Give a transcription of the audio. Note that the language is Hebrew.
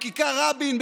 בכיכר רבין,